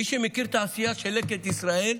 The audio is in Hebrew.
מי שמכיר את העשייה של לקט ישראל,